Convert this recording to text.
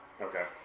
Okay